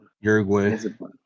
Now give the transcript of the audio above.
Uruguay